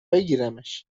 بگیرمش